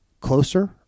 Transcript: closer